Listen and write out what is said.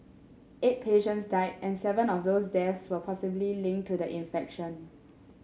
eight patients died and seven of those deaths were possibly linked to the infection